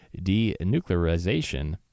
denuclearization